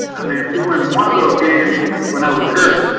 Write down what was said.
i mean, if we were in one of those games, when i was hurt,